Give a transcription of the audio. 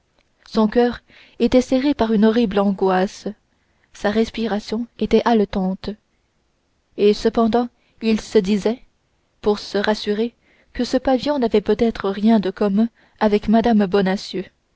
son coeur était serré par une horrible angoisse sa respiration était haletante et cependant il se disait pour se rassurer que ce pavillon n'avait peut-être rien de commun avec mme bonacieux